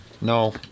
No